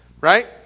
Right